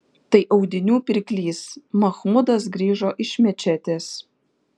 tai audinių pirklys machmudas grįžo iš mečetės